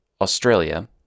australia